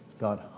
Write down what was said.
God